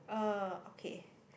uh okay